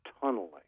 tunneling